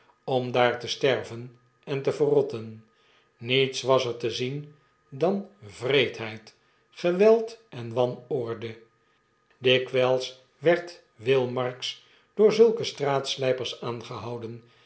om daar te sterven en te verrotten niets was er te zien dan wreedheid geweld en wanorde dikwgls werd mill marks door zulke straatslgpers aangehouden